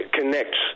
connects